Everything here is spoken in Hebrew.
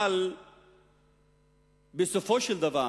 אבל בסופו של דבר